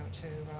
to